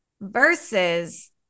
versus